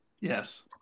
Yes